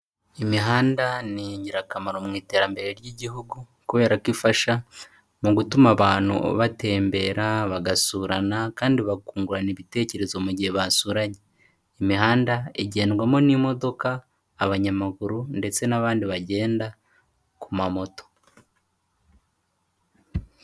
Imihanda ni ingirakamaro mu iterambere ry'igihugu, kubera ko ifasha mu gutuma abantu batembera, bagasurana kandi bakungurana ibitekerezo mu gihe basuranye, imihanda igendwamo n'imodoka abanyamaguru ndetse n'abandi bagenda ku mamoto.